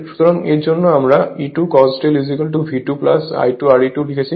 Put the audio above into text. সুতরাং এজন্য আমরা E2 cos ∂ V2 I2 Re2 লিখেছি